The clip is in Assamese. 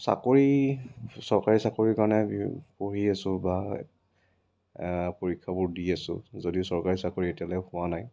চাকৰি চৰকাৰী চাকৰি কাৰণে পঢ়ি আছো বা পৰীক্ষাবোৰ দি আছো যদিও চৰকাৰী চাকৰি এতিয়ালৈকে পোৱা নাই